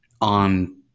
on